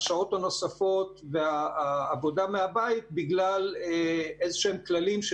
השעות הנוספות והעבודה מהבית בגלל איזשהם כללים של